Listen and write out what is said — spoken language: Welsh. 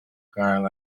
cael